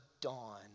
dawn